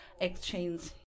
exchange